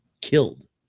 killed